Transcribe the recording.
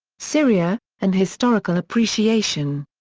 syria an historical appreciation.